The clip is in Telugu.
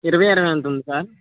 ఇరవై ఇరవై ఉంటుందా సార్